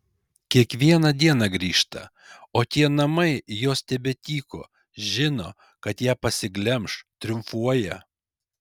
kiekvieną dieną grįžta o tie namai jos tebetyko žino kad ją pasiglemš triumfuoja